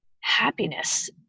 happiness